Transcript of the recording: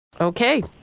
Okay